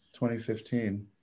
2015